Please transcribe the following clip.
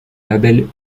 labels